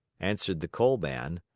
answered the coal man.